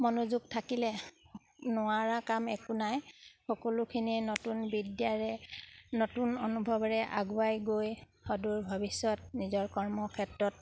মনোযোগ থাকিলে নোৱাৰা কাম একো নাই সকলোখিনি নতুন বিদ্যাৰে নতুন অনুভৱৰে আগুৱাই গৈ সদূৰ ভৱিষ্যত নিজৰ কৰ্মক্ষেত্ৰত